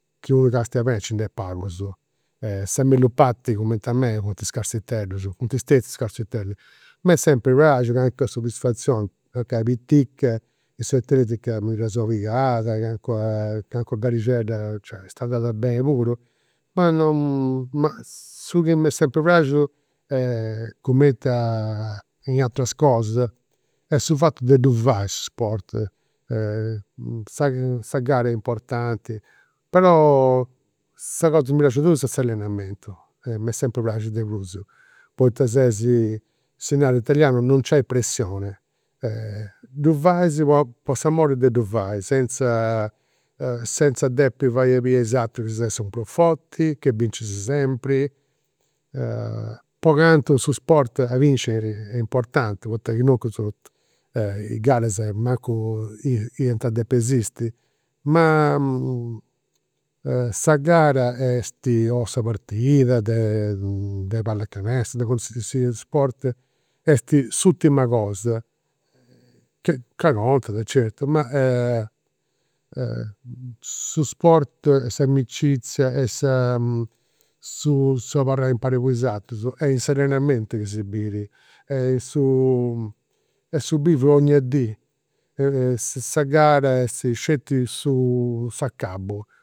Chi unu castiat beni, nci nd'est pagus, sa mellus parti, cumenti a mei, funt scarsiteddus, funt stetius scarsiteddus. M'est sempri praxiu, calincuna soddisfazioni, mancai pitica, in s'atletica mi dda seu pigat, calincuna, calincuna garixedda est andada beni puru. Ma non, ma su chi m'est sempri praxiu est cumenti in ateras cosa, est su fatu de ddu fai su sport. Sa sa gara est importanti però sa cosa chi mi praxit de prus est s'allenamentu. M'est sempri praxiu de prus ses, si narat in italianu, non c'è pressione, ddu fais po po s'amori de ddu fai, senza, senza depi fai a biri a is aterus chi ses su prus forti, chi bincis sempri. Po cantu su sport a binciri est importanti poita chi no asinuncas is garas mancu iant iant depi esisti. Ma sa gara est, o sa partida de pallacanestro de calisisiat sport, est s'urtima cosa, ca contat, certu, ma su sport est s'amicizia est sa su abarrai impari a is aterus. Est in s'allenamentu chi si biri e su bivi donnia dì, sa gara est sceti s'acabu